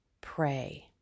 pray